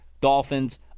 Dolphins